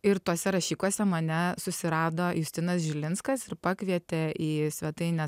o ir tuose rašikuose mane susirado justinas žilinskas ir pakvietė į svetainę